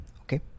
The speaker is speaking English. okay